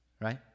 Right